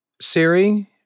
Siri